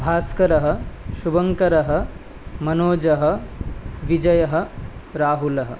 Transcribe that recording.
भास्करः शुभङ्करः मनोजः विजयः राहुलः